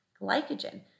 glycogen